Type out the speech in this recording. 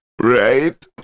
right